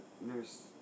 nurse